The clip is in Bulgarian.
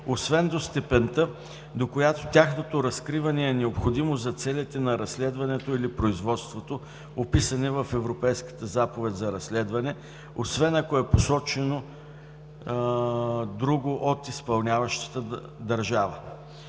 освен до степента, до която тяхното разкриване е необходимо за целите на разследването или производството, описани в Европейската заповед за разследване, освен ако е посочено друго от изпълняващата държава.